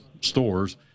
stores